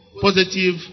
Positive